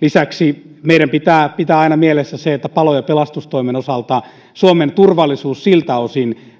lisäksi meidän pitää pitää aina mielessä se että palo ja pelastustoimen osalta suomen turvallisuus